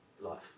life